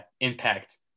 impact